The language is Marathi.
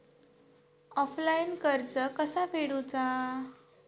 ऑफलाईन कर्ज कसा फेडूचा?